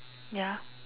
ya